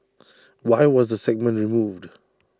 why was the segment removed